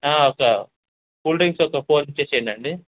ఒక cool drinks ఒక four తెచ్చేయండి